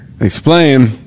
Explain